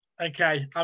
Okay